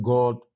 God